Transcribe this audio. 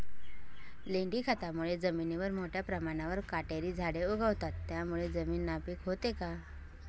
लेंडी खतामुळे जमिनीवर मोठ्या प्रमाणावर काटेरी झाडे उगवतात, त्यामुळे जमीन नापीक होते का?